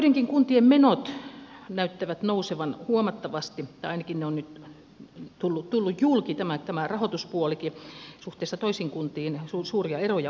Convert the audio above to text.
joidenkin kuntien menot näyttävät nousevan huomattavasti tai ainakin ne ovat nyt tulleet julki tämä rahoituspuolikin ja suhteessa toisiin kuntiin suuria eroja on olemassa